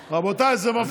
רבותיי, זה מפריע.